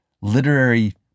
literary